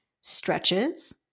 stretches